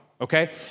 okay